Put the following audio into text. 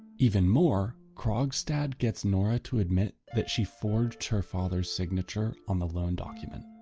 even more, krogstad gets nora to admit that she forged her father's signature on the loan document.